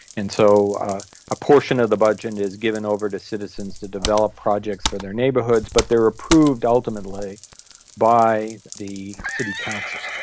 and so a portion of the budget and is given over to citizens to develop projects for their neighbourhoods, but they are proved ultimately by the city council.